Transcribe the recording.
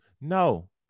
No